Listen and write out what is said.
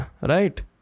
right